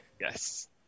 Yes